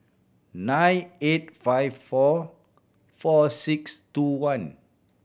nine eight five four four six two one